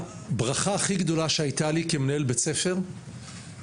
שהברכה הכי גדולה שהייתה לי כמנהל בית ספר זה